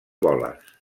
boles